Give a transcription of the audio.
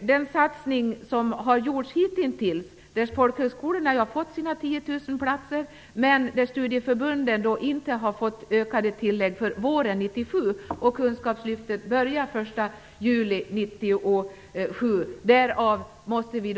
den satsning som hittills har gjorts. Folkhögskolorna har fått sina 10 000 platser. Studieförbunden har däremot inte fått ökade tillägg för våren 1997, och kunskapslyftet börjar den 1 juli 1997.